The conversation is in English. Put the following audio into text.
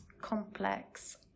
complex